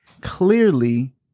clearly